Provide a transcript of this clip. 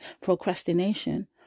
procrastination